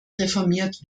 reformiert